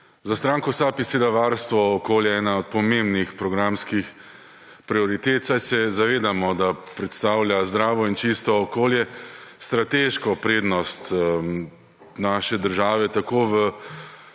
Za stranko SAB je seveda varstvo okolja ena od pomembnih programskih prioritet, saj se zavedamo, da predstavlja zdravo in čisto okolje strateško prednost naše države tako v